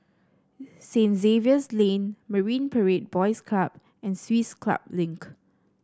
Saint Xavier's Lane Marine Parade Boys Club and Swiss Club Link